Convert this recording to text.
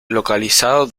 localizado